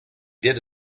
did